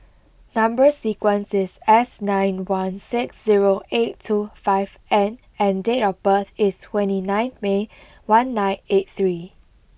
number sequence is S nine one six zero eight two five N and date of birth is twenty nine May one nine eight three